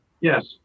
Yes